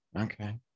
Okay